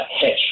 hedge